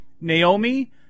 Naomi